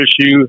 issue